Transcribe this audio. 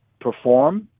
perform